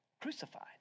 crucified